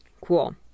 Cool